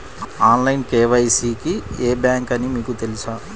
Online KYC కి ఏ bank అని మీకు తెలుసా?